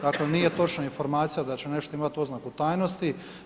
Dakle nije točna informacija da će nešto imati oznaku tajnosti.